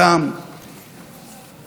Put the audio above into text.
בכספים שהם רוצים לחלק,